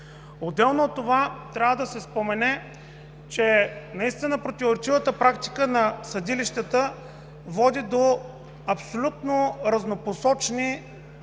Отделно от това трябва да се спомене, че наистина противоречивата практика на съдилищата води до абсолютно разнопосочни съдебни